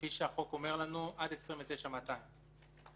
כפי שהחוק אומר לנו, עד 29,200 שקלים.